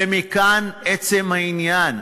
ומכאן עצם העניין,